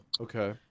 okay